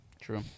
True